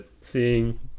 seeing